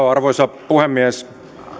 arvoisa puhemies